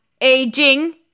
aging